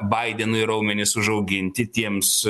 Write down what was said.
baidenui raumenis užauginti tiems